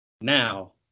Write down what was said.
now